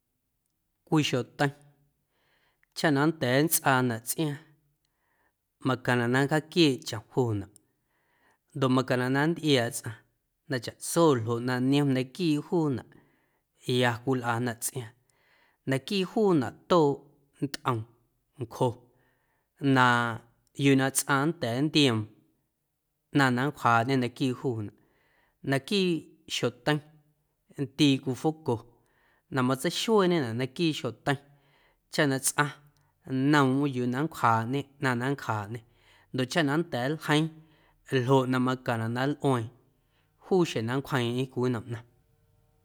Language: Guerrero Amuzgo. Cwii xjoteiⁿ chaꞌ na nnda̱a̱ nstꞌaanaꞌ tsꞌiaaⁿ macaⁿnaꞌ na nncjaaquieeꞌ chom juunaꞌ ndoꞌ macaⁿnaꞌ na nntꞌiaaꞌ tsꞌaⁿ na chaꞌtso ljoꞌ na niom naquiiꞌ juunaꞌ ya cwilꞌanaꞌ tsꞌiaaⁿ naquiiꞌ juunaꞌ tooꞌ ntꞌom ncjo na yuu na tsꞌaⁿ nnda̱a̱ nntioom ꞌnaⁿ na nncwjaaꞌñê naquiiꞌ juunaꞌ, naquiiꞌ xjoteiⁿ ndiiꞌ cwii foco na matseixueeñenaꞌ naquiiꞌ xjoteiⁿ chaꞌ na tsꞌaⁿ nnoomꞌm yuu na nncwjaaꞌñê ꞌnaⁿ na nncwjaaꞌñê ndoꞌ chaꞌ na nnda̱a̱ nljeiiⁿ ljoꞌ na macaⁿnaꞌ na nlꞌueeⁿ juu xjeⁿ na nncwjeeⁿꞌeⁿ cwii nnom ꞌnaⁿ.